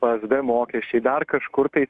psd mokesčiai dar kažkur tai